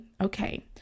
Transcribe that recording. okay